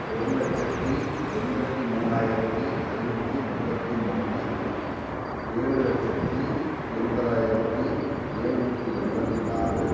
ஒரு லட்சத்தி எண்பத்தி மூணாயிரத்தி ஐநூற்றி முப்பத்தி மூணு ஏழு லட்சத்தி எண்பதாயிரத்தி ஏழ்நூற்றி எண்பத்தி நாலு